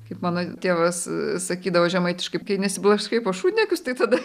kaip mano tėvas sakydavo žemaitiškai kai nesiblaškai po šūdniekius tai tada